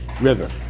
river